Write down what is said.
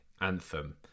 anthem